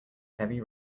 heavy